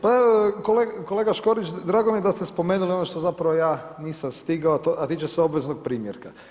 Pa kolega Škorić, drago mi je da ste spomenuli ono što zapravo ja nisam stigao a tiče se obveznog primjerka.